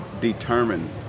determined